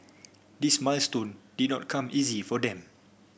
this milestone did not come easy for them